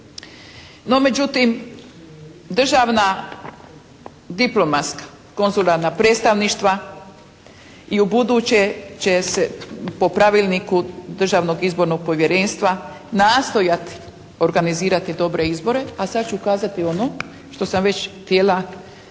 No, međutim, državna diplomatska, konzularna predstavništva i ubuduće će se po pravilniku Državnog izbornog povjerenstva nastojati organizirati dobre izbore, a sada ću kazati ono što sam već htjela, a